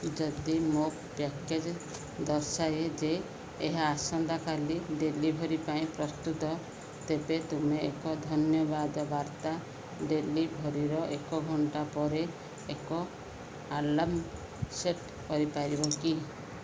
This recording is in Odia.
ଯଦି ମୋ ପ୍ୟାକେଜ୍ ଦର୍ଶାଏ ଯେ ଏହା ଆସନ୍ତାକାଲି ଡେଲିଭରି ପାଇଁ ପ୍ରସ୍ତୁତ ତେବେ ତୁମେ ଏକ ଧନ୍ୟବାଦ ବାର୍ତ୍ତା ଡେଲିଭରିର ଏକ ଘଣ୍ଟା ପରେ ଏକ ଆଲାର୍ମ ସେଟ୍ କରିପାରିବ କି